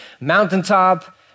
Mountaintop